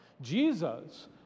Jesus